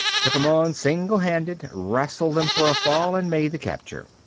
took them on single-handed, rassled them for a fall and made the capture.